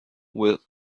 with